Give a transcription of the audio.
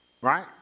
Right